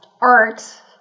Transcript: art